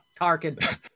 Tarkin